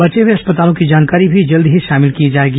बचे हुए अस्पतालों की जानकारी भी जल्द ही शामिल की जाएगी